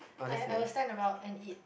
I I was stand around and eat